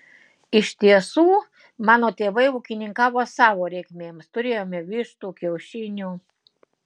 iš tiesų mano tėvai ūkininkavo savo reikmėms turėjome vištų kiaušinių